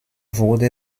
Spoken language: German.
wurde